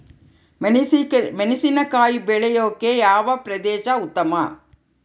ಮೆಣಸಿನಕಾಯಿ ಬೆಳೆಯೊಕೆ ಯಾವ ಪ್ರದೇಶ ಉತ್ತಮ?